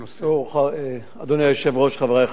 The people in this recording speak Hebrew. אדוני היושב-ראש, חברי חברי הכנסת,